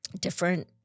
different